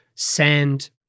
Sand